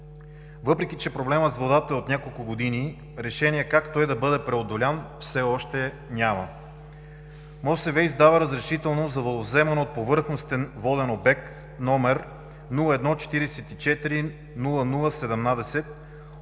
Въпреки че проблемът с водата е от няколко години, решение как той да бъде преодолян все още няма. МОСВ издава Разрешително за водовземане от повърхностен воден обект № 01440017